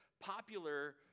popular